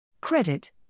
Credit